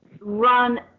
run